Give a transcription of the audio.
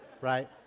right